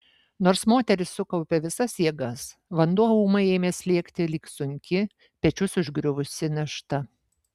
nors moteris sukaupė visas jėgas vanduo ūmai ėmė slėgti lyg sunki pečius užgriuvusi našta